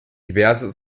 diverse